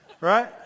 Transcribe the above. Right